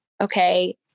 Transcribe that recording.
okay